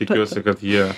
tikiuosi kad jie